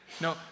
No